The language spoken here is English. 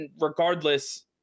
regardless